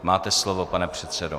Máte slovo, pane předsedo.